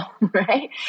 right